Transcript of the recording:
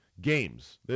games